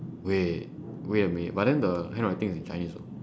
wait wait a minute but then the handwriting in chinese though